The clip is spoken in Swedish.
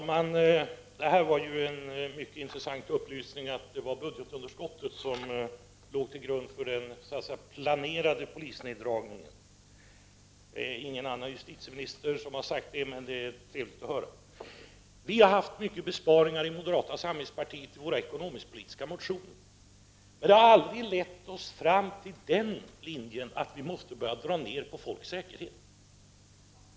Herr talman! Det var en mycket intressant upplysning jag fick, nämligen att det var budgetunderskottet som låg till grund för den så att säga planerade neddragningen av antalet poliser. Ingen annan justitieminister har sagt det, men det är trevligt att höra. Moderata samlingspartiet har i sina ekonomisk-politiska motioner föreslagit många besparingar. Men dessa har aldrig lett oss fram till den linjen att vi måste börja dra ner på folks säkerhet.